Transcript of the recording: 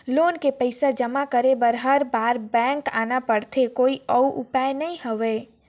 Loan के पईसा जमा करे बर हर बार बैंक आना पड़थे कोई अउ उपाय नइ हवय?